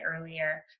earlier